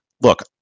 Look